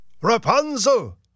Rapunzel